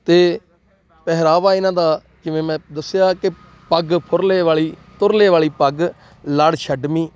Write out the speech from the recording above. ਅਤੇ ਪਹਿਰਾਵਾ ਇਹਨਾਂ ਦਾ ਜਿਵੇਂ ਮੈਂ ਦੱਸਿਆ ਕਿ ਪੱਗ ਫੁਰਲੇ ਵਾਲੀ ਤੁਰਲੇ ਵਾਲੀ ਪੱਗ ਲੜ ਛੱਡਵੀਂ